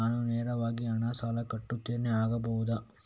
ನಾನು ನೇರವಾಗಿ ಹಣ ಸಾಲ ಕಟ್ಟುತ್ತೇನೆ ಆಗಬಹುದ?